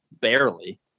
Barely